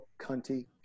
cunty